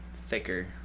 thicker